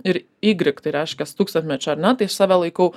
ir igrik tai reiškias tūkstantmečio ar ne tai aš save laikau